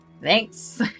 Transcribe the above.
Thanks